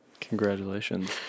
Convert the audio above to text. congratulations